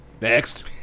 Next